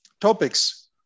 topics